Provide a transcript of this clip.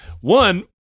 One